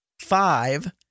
five